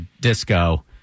disco